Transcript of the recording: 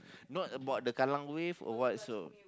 not about the Kallang Wave or what is so